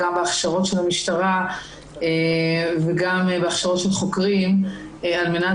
גם בהכשרות של המשטרה וגם בהכשרות של חוקרים על מנת